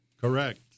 Correct